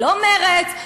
לא מרצ,